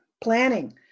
planning